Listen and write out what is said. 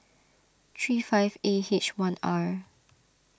three five A H one R